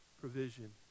provision